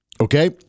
Okay